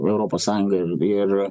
europos sąjunga ir ir